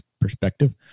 perspective